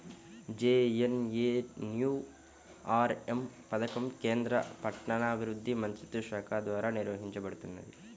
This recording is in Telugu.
జేఎన్ఎన్యూఆర్ఎమ్ పథకం కేంద్ర పట్టణాభివృద్ధి మంత్రిత్వశాఖ ద్వారా నడపబడుతున్నది